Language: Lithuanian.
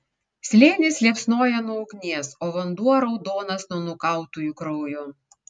slėnis liepsnoja nuo ugnies o vanduo raudonas nuo nukautųjų kraujo